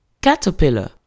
Caterpillar